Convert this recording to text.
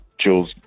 Jules